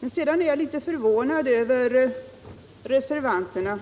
Jag är litet förvånad över reservanterna.